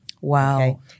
Wow